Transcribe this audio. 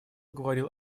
говорил